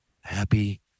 Happy